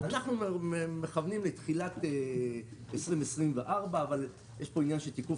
אנחנו מכוונים לתחילת 2024 אבל יש עניין של תיקוף